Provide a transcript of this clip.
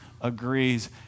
agrees